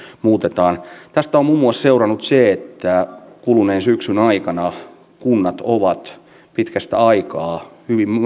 muutetaan tästä on muun muassa seurannut se että kuluneen syksyn aikana kunnat ovat pitkästä aikaa